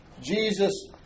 Jesus